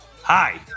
hi